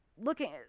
looking